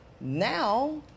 Now